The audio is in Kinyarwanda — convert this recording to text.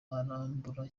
arambura